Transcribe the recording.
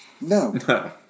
No